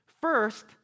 First